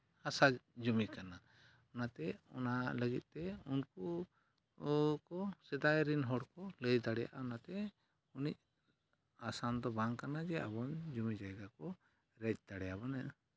ᱦᱟᱥᱟ ᱡᱩᱢᱤ ᱠᱟᱱᱟ ᱚᱱᱟᱛᱮ ᱚᱱᱟ ᱞᱟᱹᱜᱤᱫᱼᱛᱮ ᱩᱱᱠᱩ ᱠᱚᱠᱚ ᱥᱮᱫᱟᱭ ᱨᱤᱱ ᱦᱚᱲ ᱠᱚᱠᱚ ᱞᱟᱹᱭ ᱫᱟᱲᱮᱭᱟᱜᱼᱟ ᱚᱱᱟᱛᱮ ᱩᱱᱟᱹᱜ ᱟᱥᱟᱱ ᱫᱚ ᱵᱟᱝ ᱠᱟᱱᱟ ᱡᱮ ᱟᱵᱚᱱ ᱡᱩᱢᱤ ᱡᱟᱭᱜᱟ ᱠᱚ ᱨᱮᱡᱽ ᱫᱟᱲᱮᱭᱟᱵᱚᱱᱟ